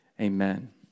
Amen